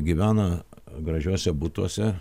gyvena gražiuose butuose